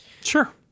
sure